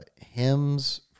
Hymns